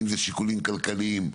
האם זה שיקולים כלכליים,